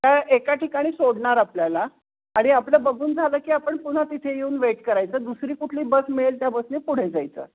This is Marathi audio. एका ठिकाणी सोडणार आपल्याला आणि आपलं बघून झालं की आपण पुन्हा तिथे येऊन वेट करायचं दुसरी कुठली बस मिळेल त्या बसने पुढे जायचं